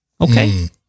Okay